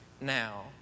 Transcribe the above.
now